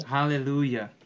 Hallelujah